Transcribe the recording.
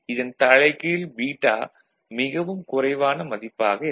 இதன் தலைகீழ் பீட்டா மிகவும் குறைவான மதிப்பாக இருக்கும்